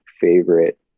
favorite